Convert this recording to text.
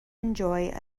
enjoy